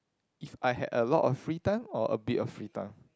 if I had a lot of free time or a bit of free time